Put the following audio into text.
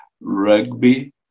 rugby